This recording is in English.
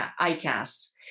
ICAS